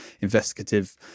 investigative